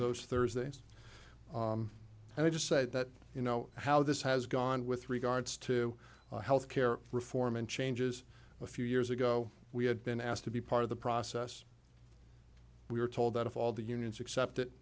those thursdays i just say that you know how this has gone with regards to health care reform and changes a few years ago we had been asked to be part of the process we were told out of all the unions except that